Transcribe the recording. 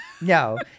No